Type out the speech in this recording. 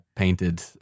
Painted